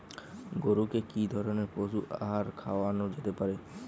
গরু কে কি ধরনের পশু আহার খাওয়ানো যেতে পারে?